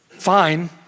fine